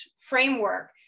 framework